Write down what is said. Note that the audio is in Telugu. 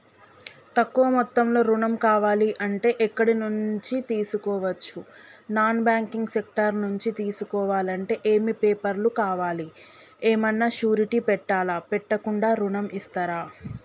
తక్కువ మొత్తంలో ఋణం కావాలి అంటే ఎక్కడి నుంచి తీసుకోవచ్చు? నాన్ బ్యాంకింగ్ సెక్టార్ నుంచి తీసుకోవాలంటే ఏమి పేపర్ లు కావాలి? ఏమన్నా షూరిటీ పెట్టాలా? పెట్టకుండా ఋణం ఇస్తరా?